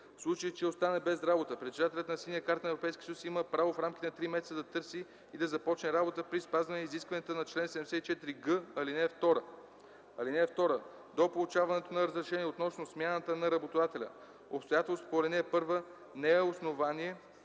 случай че остане без работа, притежателят на синя карта на ЕС има право в рамките на три месеца да търси и да започне работа при спазване изискванията на чл. 74г, ал. 2. (2) До получаване на разрешение относно смяната на работодателя, обстоятелството по ал. 1 не е основание